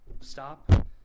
Stop